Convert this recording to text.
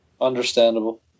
Understandable